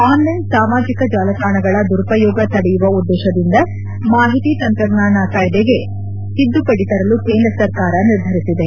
online ಸಾಮಾಜಿಕ ಜಾಲತಾಣಗಳ ದುರುಪಯೋಗ ತಡೆಯುವ ಉದ್ದೇತದಿಮದ ಮಾಹಿತಿ ತಂತ್ರಜ್ಞಾನ ಕಾಯ್ದೆಗೆ ತಿದ್ದುಪಡಿ ತರಲು ಕೇಂದ್ರ ಸರ್ಕಾರ ನಿರ್ಧರಿಸಿದೆ